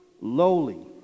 lowly